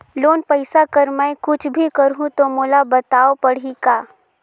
Loan पइसा कर मै कुछ भी करहु तो मोला बताव पड़ही का?